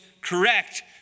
correct